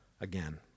again